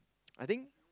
I think